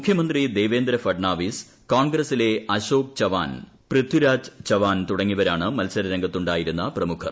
മുഖ്യമന്ത്രി ദേവേന്ദ്ര ഫട്നാവിസ് കോൺഗ്രസ്സിലെ അശോക് ചവാൻ പൃഥിരാജ് ചവാൻ തുടങ്ങിയവരാണ്മത്സരരംഗത്തുണ്ടായിരുന്ന പ്രമുഖർ